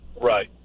Right